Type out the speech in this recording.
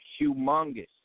Humongous